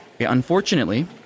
Unfortunately